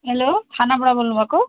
hello थानाबाट बोल्नु भएको